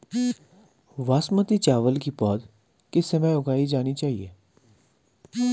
बासमती चावल की पौध किस समय उगाई जानी चाहिये?